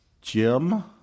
Jim